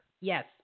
Yes